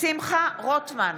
שמחה רוטמן,